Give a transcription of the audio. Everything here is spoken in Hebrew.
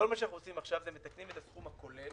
כל מה שאנחנו עושים עכשיו זה מתקנים את הסכום הכולל,